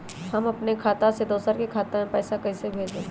हम अपने खाता से दोसर के खाता में पैसा कइसे भेजबै?